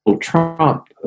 Trump